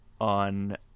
on